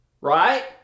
Right